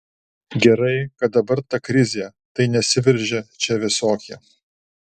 gerai kad dabar ta krizė tai nesiveržia čia visokie